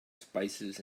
spices